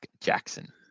Jackson